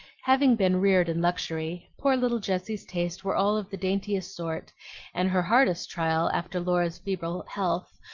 having been reared in luxury, poor little jessie's tastes were all of the daintiest sort and her hardest trial, after laura's feeble health,